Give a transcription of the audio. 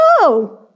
No